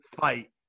fight